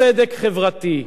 צדק חברתי.